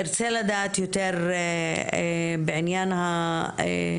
ארצה לדעת יותר בעניין החוק.